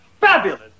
Fabulous